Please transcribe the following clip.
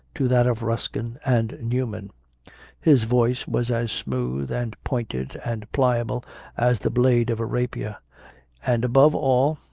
to that of ruskin and newman his voice was as smooth and pointed and pliable as the blade of a rapier and above all,